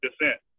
descent